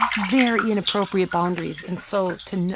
very inappropriate boundaries, and so to know.